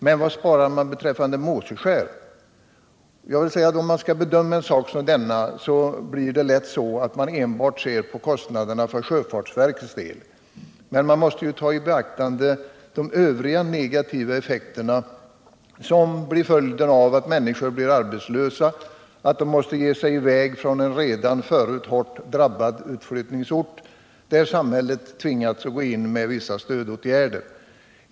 Men vad sparar man beträffande Måskeskär? Då man skall bedöma en sak som denna blir det lätt så att man enbart ser på kostnaderna för sjöfartsverkets del. Men man måste ju ta i beaktande de Övriga negativa effekterna av att människor blir arbetslösa, att de måste ge sig iväg från en redan förut hårt drabbad utflyttningsort, där samhället tvingats gå in med vissa stödåtgärder.